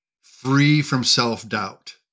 free-from-self-doubt